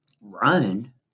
Run